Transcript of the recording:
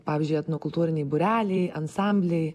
pavyzdžiui etnokultūriniai būreliai ansambliai